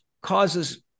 causes